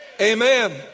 amen